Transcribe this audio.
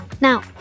Now